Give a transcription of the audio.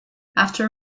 after